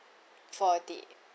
forty